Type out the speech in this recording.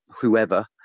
whoever